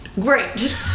Great